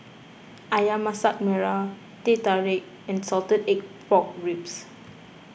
Ayam Masak Merah Teh Tarik and Salted Egg Pork Ribs